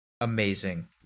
Amazing